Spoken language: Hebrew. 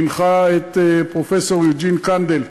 והנחה את פרופסור יוג'ין קנדל,